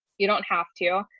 you don't have to,